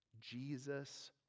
Jesus